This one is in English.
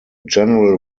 general